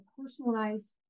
personalized